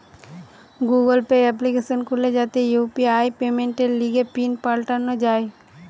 Google Pay application খুলে যাতে UPI পেমেন্টের লিগে পিন পাল্টানো যায়